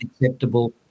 acceptable